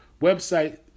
website